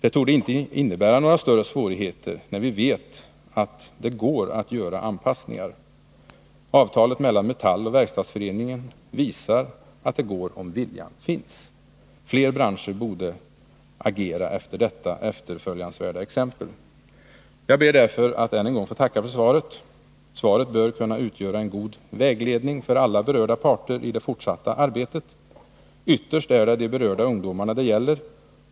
Det torde inte innebära några större svårigheter. Vi vet att det går att göra anpassningar. Avtalet mellan Metall och Verkstadsföreningen visar att det går om viljan finns. Fler branscher borde följa detta efterföljansvärda exempel. Jag ber därför att än en gång få tacka för svaret. Det bör kunna utgöra en god vägledning för alla berörda parter i det fortsatta arbetet. Ytterst är det de berörda ungdomarna det gäller.